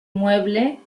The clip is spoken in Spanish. inmueble